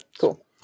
Cool